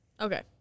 Okay